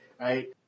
Right